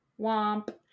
Womp